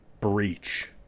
breach